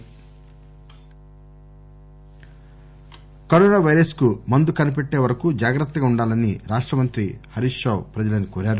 Harish corona virus కు మందు కనిపెట్టే వరకు జాగ్రత్తగా వుండాలని రాష్ట మంత్రి హరీష్ రావు ప్రజలను కోరారు